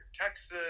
Texas